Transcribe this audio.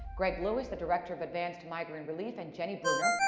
greg lewis, the director of advanced migraine relief, and jenny bruner,